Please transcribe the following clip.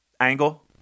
angle